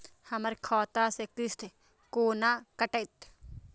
हमर खाता से किस्त कोना कटतै?